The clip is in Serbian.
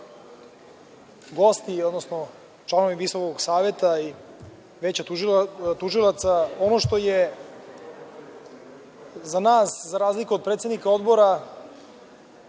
gosti, odnosno članovi Visokog saveta i Veća tužilaca, ono što je za nas, za razliku od predsednika odbora,